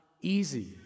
easy